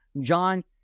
John